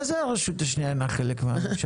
מה זה הרשות השנייה "אינה" חלק מהממשלה?